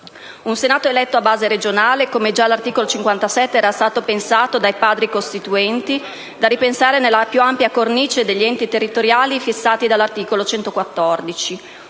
Un Senato eletto su base regionale, come già l'articolo 57 era stato pensato dai Padri costituenti, da ripensare nella più ampia cornice degli enti territoriali fissati dall'articolo 114.